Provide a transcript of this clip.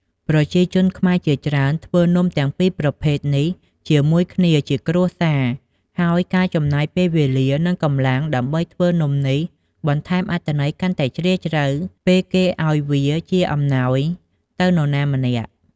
ប្រជាជនខ្មែរជាច្រើន ធ្វើនំទាំងពីរប្រភេទនេះជាមួយគ្នាជាគ្រួសារ ហើយការចំណាយពេលវេលា និងកម្លាំងដើម្បីធ្វើនំនេះបន្ថែមអត្ថន័យកាន់តែជ្រាលជ្រៅពេលគេឱ្យវាជាអំណោយទៅនរណាម្នាក់។